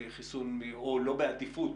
החיסון או לא בעדיפות,